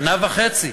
שנה וחצי,